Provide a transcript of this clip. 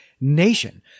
nation